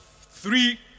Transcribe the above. three